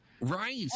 Right